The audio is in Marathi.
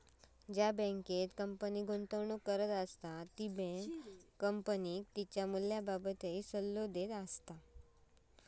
ज्या बँकेत कंपनी गुंतवणूक करता ती बँक कंपनीक तिच्या मूल्याबाबतही सल्लो देता